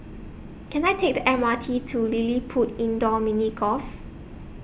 Can I Take The M R T to LilliPutt Indoor Mini Golf